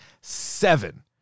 Seven